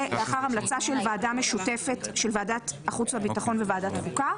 לאחר המלצה של ועדה משותפת של ועדת החוץ והביטחון וועדת החוקה.